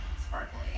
sparkly